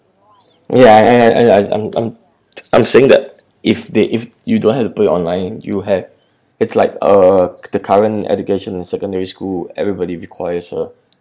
wait I I I I'm I'm I'm saying that if they if you don't have to put online you have it's like uh the current education in secondary school everybody requires a